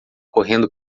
correndo